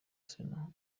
sena